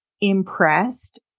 impressed